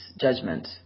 judgment